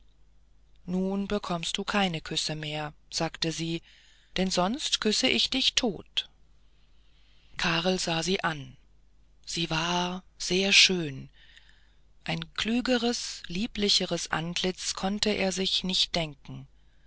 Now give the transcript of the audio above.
nun bekommst du keine küsse mehr sagte sie denn sonst küsse ich dich tot karl sah sie an sie war sehr schön ein klügeres lieblicheres antlitz konnte er sich nicht denken